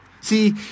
See